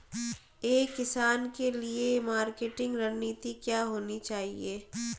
एक किसान के लिए मार्केटिंग रणनीति क्या होनी चाहिए?